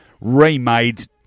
remade